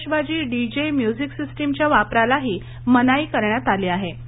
आतषबाजी DJ music सिस्टीमच्या वापरालाही मनाई करण्यात आली आहे